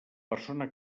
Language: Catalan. persona